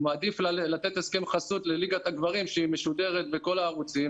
הוא מעדיף לתת הסכם חסות לליגת הגברים שמשודרת בכל הערוצים,